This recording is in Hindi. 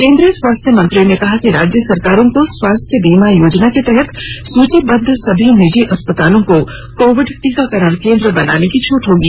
केन्द्रीय स्वास्थ्य मंत्री ने कहा कि राज्य सरकारों को स्वास्थ्य बीमा योजना के तहत सूचीबद्ध सभी निजी अस्पतालों को कोविड टीकाकरण केन्द्र बनाने की छूट होगी